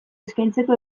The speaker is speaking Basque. eskaintzeko